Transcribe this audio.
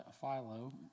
Philo